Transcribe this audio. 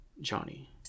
Johnny